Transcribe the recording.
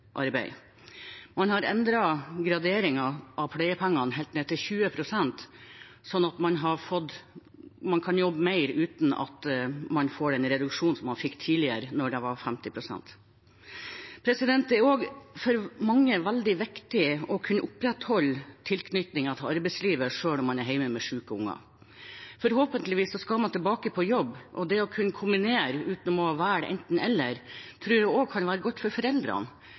Man har endret graderingen av pleiepengene helt ned til 20 pst., slik at man kan jobbe mer uten å få den reduksjonen man fikk tidligere, da det var 50 pst. Det er for mange veldig viktig å kunne opprettholde tilknytningen til arbeidslivet selv om man er hjemme med syke barn. Forhåpentligvis skal man tilbake på jobb, og det å kunne kombinere uten å måtte velge enten eller tror jeg også kan være godt for foreldrene.